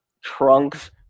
trunks